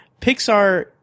Pixar